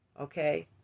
Okay